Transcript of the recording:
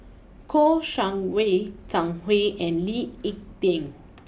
Kouo Shang Wei Zhang Hui and Lee Ek Tieng